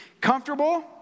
Comfortable